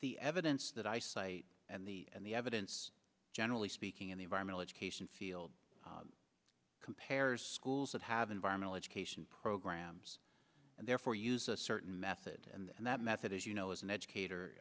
the evidence that i cite and the and the evidence generally speaking in the environmental education field compares schools that have environmental education programs and therefore use a certain method and that method is you know as an educator